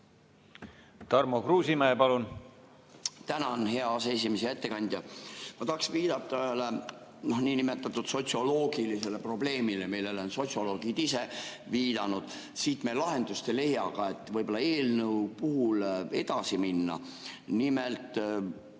Tarmo Kruusimäe, palun!